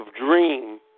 dream